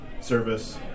service